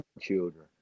children